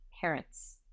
parents